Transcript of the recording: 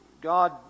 God